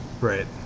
Right